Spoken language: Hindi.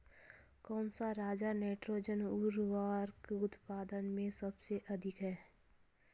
कौन सा राज नाइट्रोजन उर्वरक उत्पादन में सबसे अधिक है?